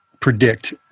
predict